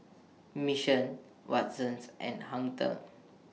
Mission Watsons and Hang ten